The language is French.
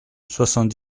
soixante